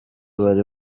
bari